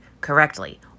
correctly